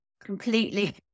completely